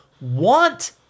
want